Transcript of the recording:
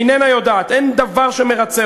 איננה יודעת, אין דבר שמרצה